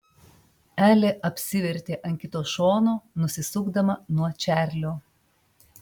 elė apsivertė ant kito šono nusisukdama nuo čarlio